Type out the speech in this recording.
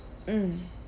mm